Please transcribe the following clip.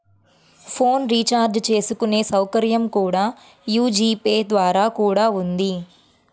phone recharge చేసుకునే సౌకర్యం కూడా యీ జీ పే ద్వారా కూడా ఉంది